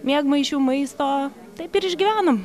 miegmaišių maisto taip ir išgyvenom